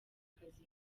kazi